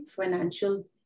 financial